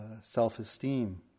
self-esteem